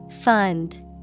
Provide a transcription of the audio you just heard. Fund